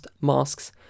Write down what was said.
masks